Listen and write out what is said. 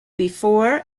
before